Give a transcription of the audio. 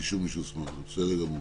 באישור מי שהוסמך לכך." בסדר גמור.